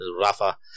Rafa